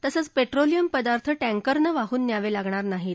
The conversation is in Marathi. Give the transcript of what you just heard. तसंच पेट्रोलियम पदार्थ टँकरनं वाहून न्यावे लागणार नाहीत